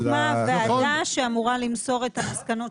הוקמה ועדה שאמורה למסור את המסקנות